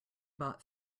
bought